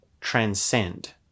transcend